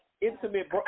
intimate